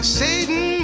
satan